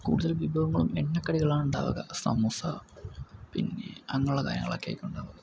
കൂടുതൽ വിഭവങ്ങളും എണ്ണക്കടികളാണ് ഉണ്ടാവുക സമൂസ പിന്നെ അങ്ങനെയുള്ള കാര്യങ്ങളൊക്കെ ആയിരിക്കും ഉണ്ടാവുക